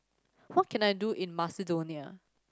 what can I do in Macedonia